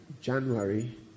January